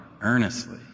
earnestly